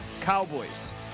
Cowboys